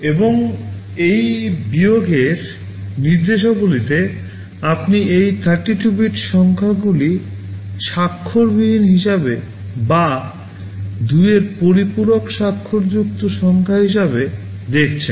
এবং এই বিয়োগের নির্দেশাবলীতে আপনি এই 32 বিট সংখ্যাগুলি স্বাক্ষরবিহীন হিসাবে বা 2 এর পরিপূরক স্বাক্ষরযুক্ত সংখ্যা হিসাবে দেখছেন